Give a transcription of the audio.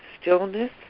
stillness